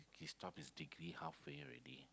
he stopped his degree halfway already